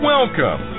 Welcome